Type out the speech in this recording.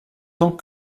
tant